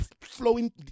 flowing